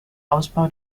ausbau